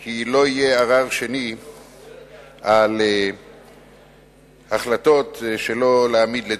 כי לא יהיה ערר שני על החלטות שלא להעמיד לדין.